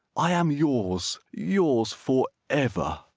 i am yours, yours for ever!